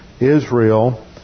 Israel